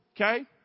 Okay